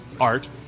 Art